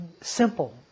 simple